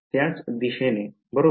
त्याच दिशेने बरोबर